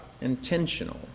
intentional